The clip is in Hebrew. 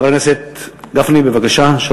חבר הכנסת גפני, בבקשה.